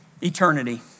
eternity